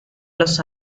los